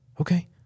Okay